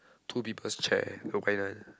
two people's chair